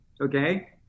okay